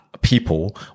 people